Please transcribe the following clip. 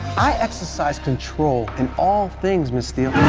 i exercise control in all things myst you